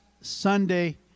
Sunday